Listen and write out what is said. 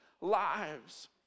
lives